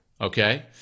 okay